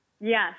Yes